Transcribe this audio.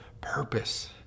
purpose